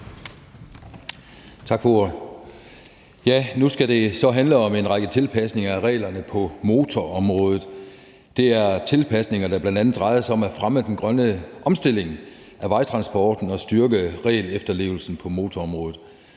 Tak for ordet. Nu skal det så handle om en række tilpasninger af reglerne på motorområdet. Det er tilpasninger, der bl.a. drejer sig om at fremme den grønne omstilling af vejtransporten og styrke regelefterlevelsen på motorområdet.